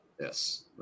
Yes